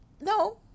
No